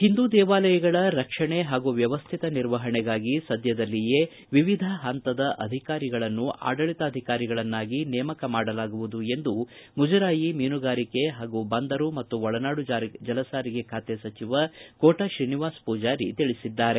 ಹಿಂದೂ ದೇವಾಲಯಗಳ ರಕ್ಷಣೆ ಹಾಗೂ ವ್ಯವಸ್ಟಿತ ನಿರ್ವಹಣೆಗಾಗಿ ಸದ್ಯದಲ್ಲಿಯೇ ವಿವಿಧ ಹಂತದ ಅಧಿಕಾರಿಗಳನ್ನು ಆಡಳಿತಾಧಿಕಾರಿಗಳನ್ನಾಗಿ ನೇಮಕಮಾಡಲಾಗುವುದು ಎಂದು ಮುಜರಾಯಿ ಮೀನುಗಾರಿಕೆ ಪಾಗೂ ಬಂದರು ಮತ್ತು ಒಳನಾಡು ಜಲಸಾರಿಗೆ ಖಾತೆ ಸಚಿವ ಕೋಟ ಶ್ರೀನಿವಾಸ ಪೂಜಾರಿ ತಿಳಿಸಿದ್ದಾರೆ